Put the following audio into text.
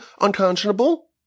unconscionable